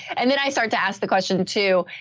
and then i start to ask the question too.